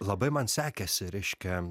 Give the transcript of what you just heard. labai man sekėsi reiškia